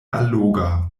alloga